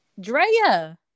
Drea